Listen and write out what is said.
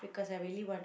because I really wanted